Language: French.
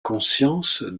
conscience